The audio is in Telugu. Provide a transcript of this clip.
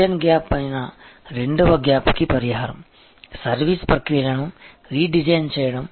డిజైన్ గ్యాప్ అయిన రెండవ గ్యాప్కి పరిహారం సర్వీస్ ప్రక్రియను రీడిజైన్ చేయడం